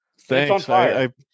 Thanks